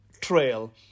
trail